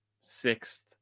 sixth